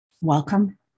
welcome